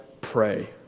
pray